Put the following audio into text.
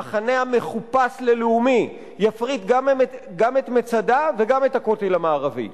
המחנה המחופש ללאומי יפריט גם את מצדה וגם את הכותל המערבי.